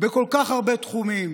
בכל כך הרבה תחומים.